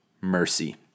mercy